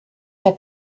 der